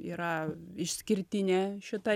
yra išskirtinė šita